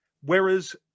Whereas